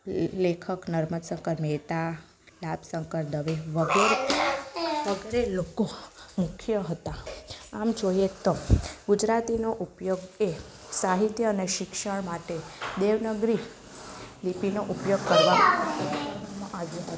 લેખક નર્મદ શંકર મેહતા લાભશંકર દવે વગેરે લોકો મુખ્ય હતા આમ જોઈએ તો ગુજરાતીનો ઉપયોગ એ સાહિત્ય અને શિક્ષણ માટે દેવનાગરી લિપિનો ઉપયોગ કરવામાં આવ્યો હતો